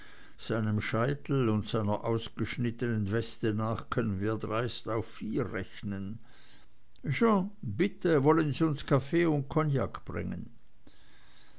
seinem scheitel und seiner ausgeschnittnen weste nach können wir dreist auf vier rechnen jean bitte wollen sie uns kaffee und kognak bringen